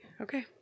Okay